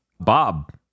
Bob